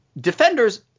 Defenders